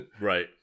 Right